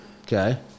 Okay